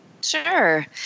Sure